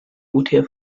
utf